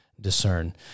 discern